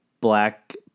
black